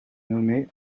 nommée